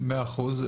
מאה אחוז.